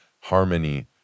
harmony